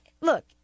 look